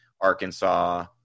Arkansas